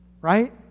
right